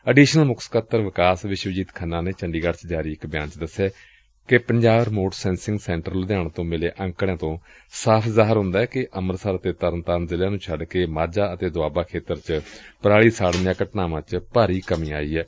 additional ਮੁੱਖ ਸਕੱਤਰ ਵਿਕਾਸ ਵਿਸ਼ਵਜੀਤ ਖੰਨਾ ਨੇ ਚੰਡੀਗੜੁ ਚ ਜਾਰੀ ਇਕ ਬਿਆਨ ਚ ਦਸਿਆ ਕਿ Punjab remote sensing centre Ludhiana ਤੋਂ ਮਿਲੇ ਅੰਕੜਿਆਂ ਤੋਂ ਸਾਫ਼ ਜ਼ਾਹਿਰ ਹੁੰਦੈ ਕਿ ਅੰਮ੍ਰਿਤਸਰ ਅਤੇ ਤਰਨਤਾਰਨ ਜ਼ਿਲ੍ਹਿਆਂ ਨੂੰ ਛੱਡ ਕੇ ਮਾਂਝਾ ਅਤੇ ਦੋਆਬਾ ਖੇਤਰ ਵਿਚ ਪਰਾਲੀ ਸਾੜਨ ਦੀਆਂ ਘਟਨਾਵਾਂ ਚ ਭਾਰੀ ਕਮੀ ਆਈ ਏ